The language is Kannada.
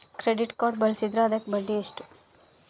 ಕ್ರೆಡಿಟ್ ಕಾರ್ಡ್ ಬಳಸಿದ್ರೇ ಅದಕ್ಕ ಬಡ್ಡಿ ಎಷ್ಟು?